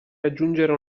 raggiungere